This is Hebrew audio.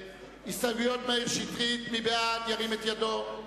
הסתייגות מאיר שטרית: מי בעד, ירים את ידו.